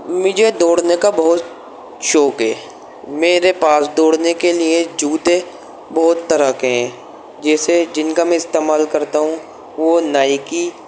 مجھے دوڑنے کا بہت شوق ہے میرے پاس دوڑنے کے لیے جوتے بہت طرح کے ہیں جیسے جن کا میں استعمال کرتا ہوں وہ نائکی